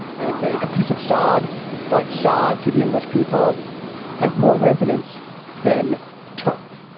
i would say a piece of sad but sad to the english people has more resonance than turf.